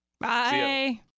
Bye